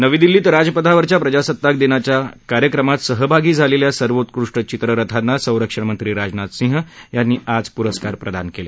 नवी दिल्लीत राजपथावरच्या प्रजासत्ताक दिनाच्या कार्यक्रमात सहभागी झालेल्या सर्वोत्कृष्ट चित्ररथांना संरक्षण मंत्री राजनाथ सिंह यांनी आज पुरस्कार प्रदान केले